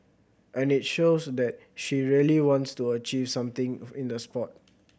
and it shows that she really wants to achieve something in the sport